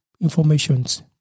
informations